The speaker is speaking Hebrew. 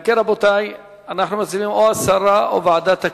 אנחנו מציעים הסרה או ועדה.